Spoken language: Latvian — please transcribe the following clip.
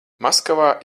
maskavā